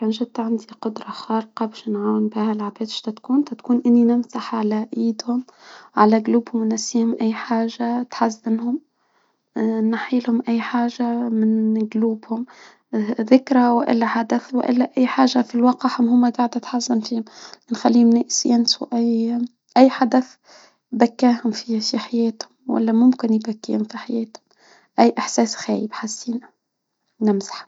كان شت عندك قدرة خارقة بالنعناع على ايدهم على أي حاجة تحزمهم نحي لهم أي حاجة من قلوبهم ذكرى والا هدف والى أي حاجة في الواقع هم كاع تتحصن فيهم نخليهم أي حدث بكاهم شي حياته ولا ممكن يبكيهم في حياتهم، أي اشوف خايب حسوا فينا، نمزح.